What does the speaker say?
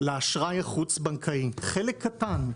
לאשראי החוץ בנקאי, חלק קטן,